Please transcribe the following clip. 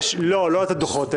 לא, לא לתת דוחות.